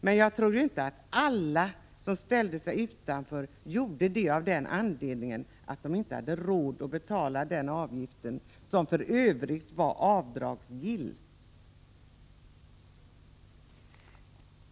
Men jag tror inte att alla som ställde sig utanför ATP gjorde det av den anledningen att de inte hade råd att betala avgiften, som för övrigt var avdragsgill.